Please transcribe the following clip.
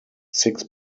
six